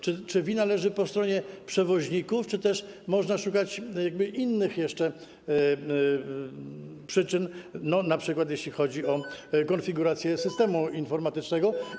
Czy wina leży po stronie przewoźników, czy też można szukać jeszcze innych przyczyn, np. jeśli chodzi o konfigurację systemu informatycznego?